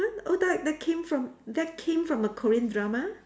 !huh! oh that that came from that came from a Korean drama